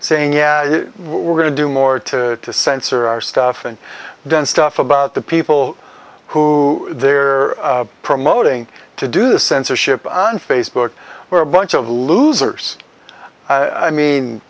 saying yeah we're going to do more to censor our stuff and then stuff about the people who they're promoting to do the censorship on facebook where a bunch of losers i mean